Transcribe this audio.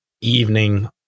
evening